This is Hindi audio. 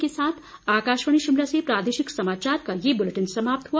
इसी के साथ आकाशवाणी शिमला से प्रादेशिक समाचार का ये बुलेटिन समाप्त हुआ